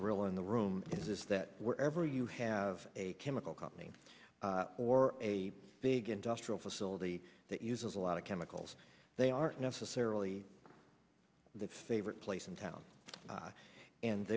gorilla in the room is that wherever you have a chemical company or a big industrial facility that uses a lot of chemicals they aren't necessarily the favorite place in town